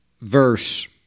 verse